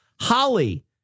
Holly